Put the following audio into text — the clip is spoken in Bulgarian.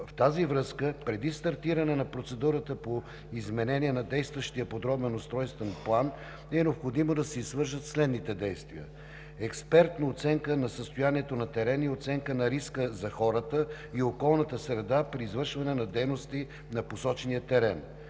В тази връзка преди стартиране на процедура по изменение на действащия подробен устройствен план е необходимо да се извършат следните дейности: - експертна оценка на състоянието на терена и оценка на риска за хората и околната среда при извършване на дейности на посочения терен;